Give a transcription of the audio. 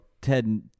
Ted